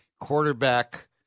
quarterback